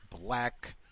Black